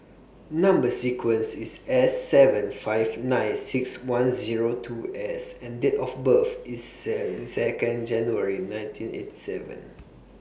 Number sequence IS S seven five nine six one Zero two S and Date of birth IS sell Second January nineteen eighty seven